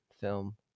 film